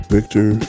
Victor